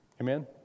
Amen